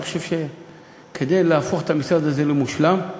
אני חושב שכדי להפוך את המשרד הזה למושלם,